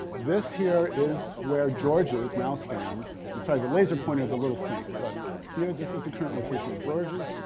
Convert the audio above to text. this here is where george's now stands. i'm and sorry, the laser pointer is a little faint, but here, this is the current location of george's.